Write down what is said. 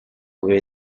way